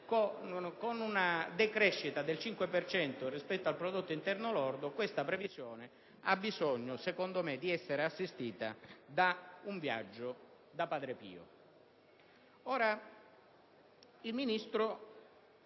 con una decrescita del 5 per cento rispetto al prodotto interno lordo, questa previsione ha bisogno, secondo me, di essere assistita da un viaggio da Padre Pio!